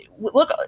look